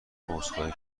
عذرخواهی